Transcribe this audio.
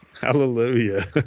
Hallelujah